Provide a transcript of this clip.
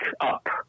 up